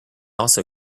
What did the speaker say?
also